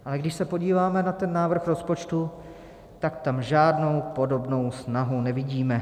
Ale když se podíváme na ten návrh rozpočtu, tak tam žádnou podobnou snahu nevidíme.